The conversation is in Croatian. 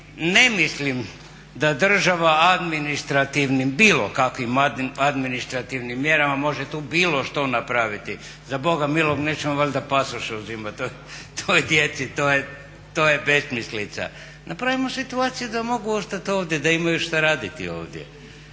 ne mislim da država administrativnim, bilo kakvim administrativnim mjerama može tu bilo što napraviti. Za boga milog, nećemo valjda pasoše uzimati toj djeci. To je besmislica. Napravimo situaciju da mogu ostati ovdje, da imaju šta raditi ovdje.